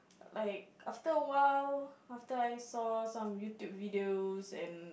like after a while after I saw some YouTube videos and